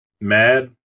mad